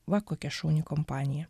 va kokia šauni kompanija